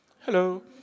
Hello